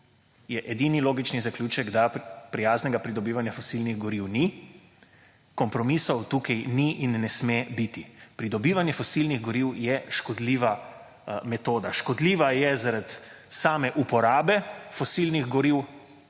je edini logični zaključek, da prijaznega pridobivanja fosilnih goriv ni, kompromisov tukaj ni in ne sme biti. Pridobivanje fosilnih goriv je škodljiva metoda. Škodljiva je zaradi same uporabe fosilnih goriv,